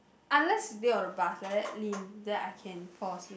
unless sitting on the bus like that lean then I can fall asleep